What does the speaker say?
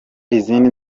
izindi